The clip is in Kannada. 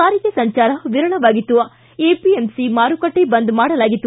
ಸಾರಿಗೆ ಸಂಜಾರ ವಿರಳವಾಗಿತ್ತು ಎಪಿಎಂಸಿ ಮಾರುಕಟ್ಟೆ ಬಂದ್ ಮಾಡಲಾಗಿತ್ತು